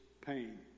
pain